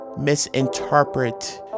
misinterpret